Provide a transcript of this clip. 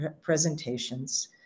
presentations